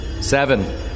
seven